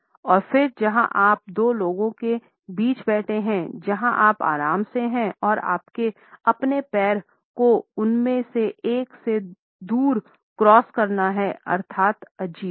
और फिर जहाँ आप दो लोगों के बीच बैठे हैं जहाँ आप आराम से हैं और आपको अपने पैर को उनमें से एक से दूर क्रॉस करना हैं अर्थात् अजीब हैं